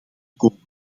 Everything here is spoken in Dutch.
komen